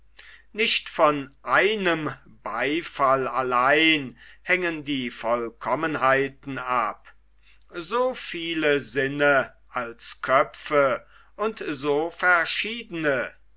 nicht von einem beifall allein hängen die vollkommenheiten ab so viele sinne als köpfe und so verschieden